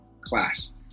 class